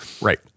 right